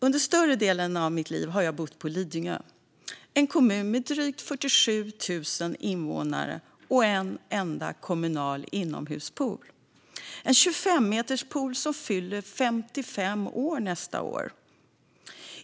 Under större delen av mitt liv har jag bott på Lidingö - en kommun med drygt 47 000 invånare och en enda kommunal inomhuspool, en 25-meterspool som fyller 55 år nästa år.